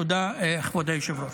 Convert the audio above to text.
תודה, כבוד היושב-ראש.